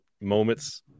moments